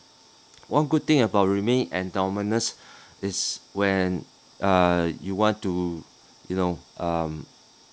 one good thing about remain anonymous is when uh you want to you know um